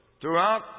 throughout